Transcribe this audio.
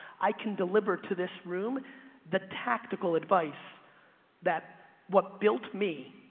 i can deliver to this room the tactical advice that what built me,